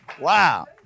Wow